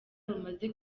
rumaze